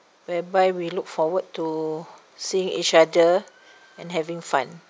whereby we look forward to seeing each other and having fun